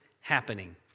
happening